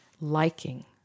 liking